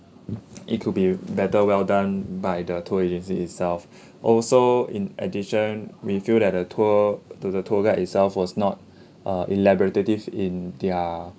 it could be better well done by the tour agency itself also in addition we feel that the tour to the tour guide itself was not uh elaborative in their